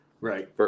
Right